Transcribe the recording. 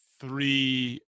three